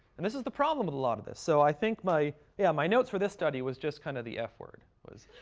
and this is the problem with a lot of this. so i think my yeah, my notes for this study was just kind of the f word. it was,